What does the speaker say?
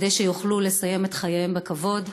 כדי שיוכלו לסיים את חייהם בכבוד.